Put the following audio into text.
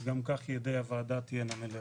שגם כך ידי הוועדה תהיינה מלאות.